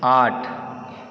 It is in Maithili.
आठ